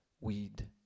weed